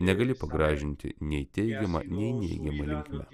negali pagražinti nei teigiama nei neigiama linkme